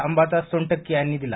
अंबादास सोनटक्के यांनी दिला